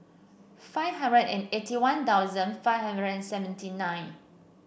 five hundred and eighty One Thousand five hundred and seventy nine